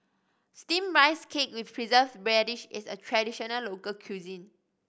Steamed Rice Cake with Preserved Radish is a traditional local cuisine